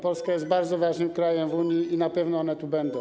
Polska jest bardzo ważnym krajem w Unii i na pewno one tu będą.